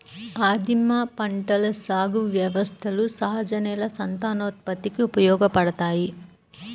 ఆదిమ పంటల సాగు వ్యవస్థలు సహజ నేల సంతానోత్పత్తికి ఉపయోగపడతాయి